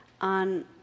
on